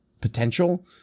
potential